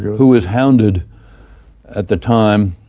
who was handed at the time